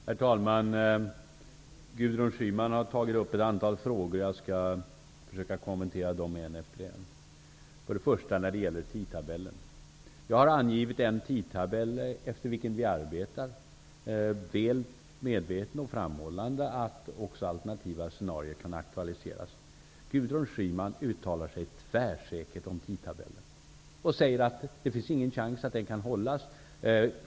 Herr talman! Gudrun Schyman har tagit upp ett antal frågor. Jag skall försöka kommentera dem en efter en. Först gäller det tidtabellen. Jag har angivit en tidtabell efter vilken vi arbetar, väl medveten om och framhållande att också alternativa scenarion kan aktualiseras. Gudrun Schyman uttalar sig tvärsäkert om tidtabellen och säger att det inte finns någon chans att den kan hållas.